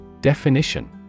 Definition